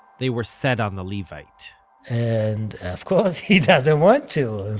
they were set on the levite and of course he doesn't want to,